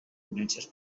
ponències